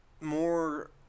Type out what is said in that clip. more